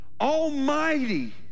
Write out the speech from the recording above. almighty